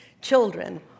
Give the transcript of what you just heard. children